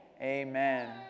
Amen